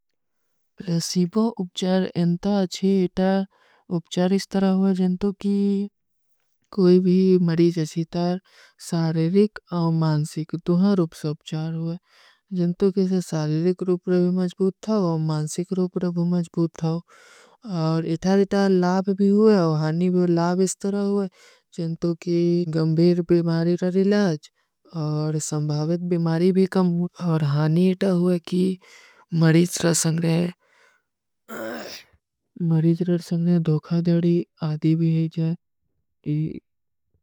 ପ୍ରସୀବୋ ଉପଚାର ଇଂତା ଅଚ୍ଛୀ ଇତା ଉପଚାର ଇସ ତରହ ହୁଆ, ଜନ୍ତୋ କୀ କୋଈ ଭୀ ମରୀଜ ଅଚ୍ଛୀ ତର ସାରେରିକ ଔର ମାନସିକ ଦୁହାଂ ରୂପ ସେ ଉପଚାର ହୁଆ। ପ୍ରସୀବୋ ଉପଚାର ଇଂତା ଅଚ୍ଛୀ ଇତା ଉପଚାର ହୁଆ, ଜନ୍ତୋ କୀ କୋଈ ଭୀ ମରୀଜ ଅଚ୍ଛୀ ତର ସାରେରିକ ଔର ମାନସିକ ଦୁହାଂ ରୂପ ସେ ଉପଚାର ହୁଆ।